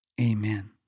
amen